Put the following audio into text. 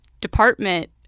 department